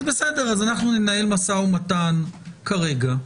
אז ננהל משא ומתן כרגע,